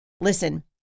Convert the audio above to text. Listen